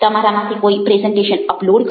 તમારામાંથી કોઈ presentation upload કરે